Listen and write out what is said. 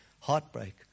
heartbreak